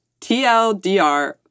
TLDR